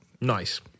Nice